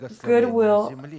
goodwill